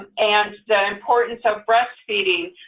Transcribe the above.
and and the importance of breastfeeding,